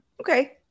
okay